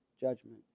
judgment